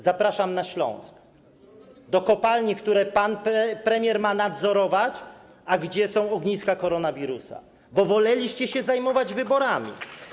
Zapraszam na Śląsk, do kopalni, które pan premier ma nadzorować, a w których są ogniska koronawirusa, bo woleliście się zajmować wyborami.